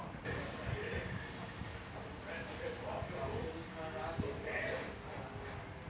आयज के घरी मे गुगल पे ह लेन देन करे के माधियम होय गइसे